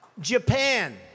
Japan